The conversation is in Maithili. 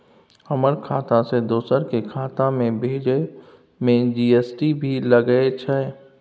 हमर खाता से दोसर के खाता में भेजै में जी.एस.टी भी लगैछे?